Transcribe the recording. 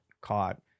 caught